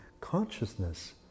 consciousness